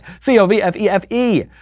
C-O-V-F-E-F-E